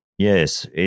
Yes